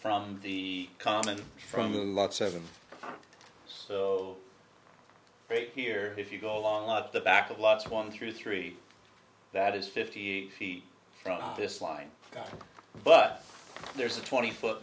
from the common from a lot seven so great here if you go along the back the last one through three that is fifty feet down this line but there's a twenty foot